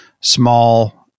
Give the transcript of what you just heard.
small